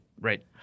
right